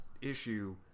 issue